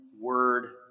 word